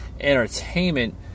entertainment